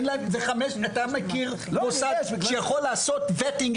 אתה מכיר מוסד שיכול לעשות בדיקה